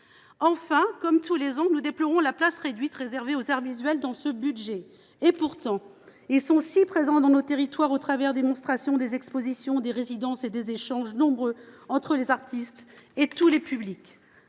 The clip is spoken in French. Enfin, comme tous les ans, nous déplorons la place réduite réservée aux arts visuels dans ce budget. Pourtant, ils sont très présents dans nos territoires, au travers des dispositifs de monstration, des expositions, des résidences et des échanges nombreux entre les artistes et tous les publics.